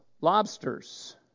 lobsters